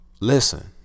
listen